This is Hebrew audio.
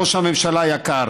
ראש ממשלה יקר,